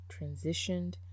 transitioned